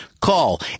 call